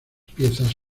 piezas